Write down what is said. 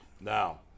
now